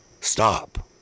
stop